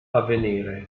avvenire